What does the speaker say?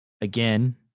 again